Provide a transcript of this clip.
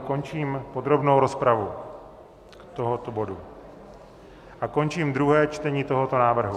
Končím podrobnou rozpravu tohoto bodu a končím druhé čtení tohoto návrhu.